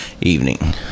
evening